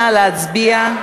נא להצביע.